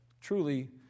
truly